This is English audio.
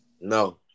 No